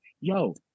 yo